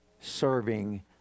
serving